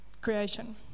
creation